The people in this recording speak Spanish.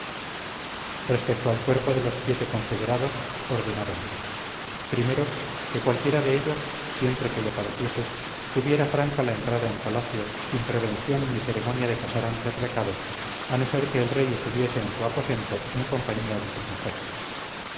respecto al cuerpo de los siete confederados ordenaron primero que cualquiera de ellos siempre que le pareciese tuviera franca la entrada en palacio sin prevención ni ceremonia de pasar antes recado a no ser que el rey estuviese en su aposento en compañía de sus mujeres